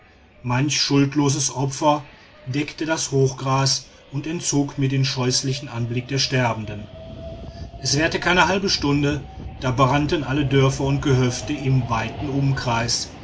manch schuldloses opfer deckte das hochgras und entzog mir den scheußlichen anblick der sterbenden es währte keine halbe stunde da brannten alle dörfer und gehöfte im weiten umkreis